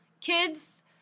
kids